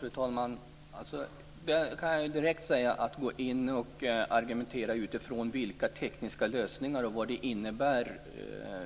Fru talman! Jag kan direkt säga att jag inte klarar av att argumentera utifrån de tekniska lösningarna och vad de har